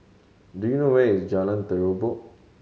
do you know where is Jalan Terubok